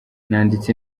nanditse